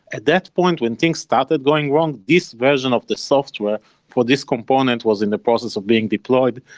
at that point when things started going wrong, this version of the software for this component was in the process of being deployed,